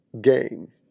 game